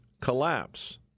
collapse